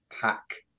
pack